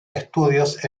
estudios